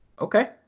Okay